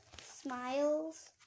smiles